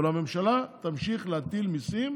אבל הממשלה תמשיך להטיל מיסים